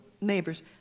neighbors